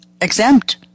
exempt